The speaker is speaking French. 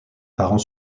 parents